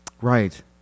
Right